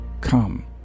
Come